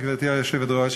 גברתי היושבת-ראש,